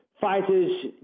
fighters